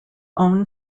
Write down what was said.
own